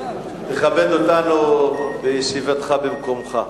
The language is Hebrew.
תכבד אותנו בישיבתך במקומך.